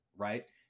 Right